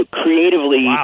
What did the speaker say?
creatively